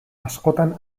askotan